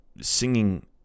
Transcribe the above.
singing